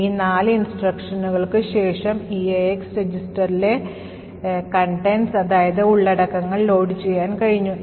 ഈ നാല് നിർദ്ദേശങ്ങൾക്ക് ശേഷം EAX രജിസ്റ്ററിലെ ഉള്ളടക്കങ്ങൾ ലോഡുചെയ്യാൻ കഴിഞ്ഞു